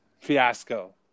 fiasco